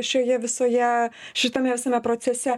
šioje visoje šitame visame procese